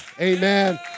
Amen